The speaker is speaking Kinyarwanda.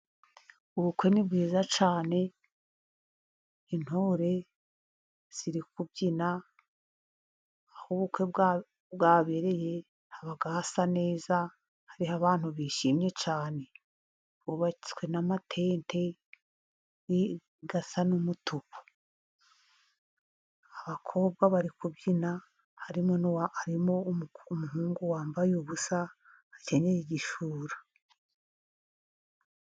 Ubukwe ni bwiza cyane, intore ziri kubyina aho ubukwe bwabereye haba hasa neza, hari abantu bishimye cyane, bubatse n'amatente asa n'umutuku, abakobwa bari kubyina harimo umuhungu wambaye ubusa akenyeye igishura.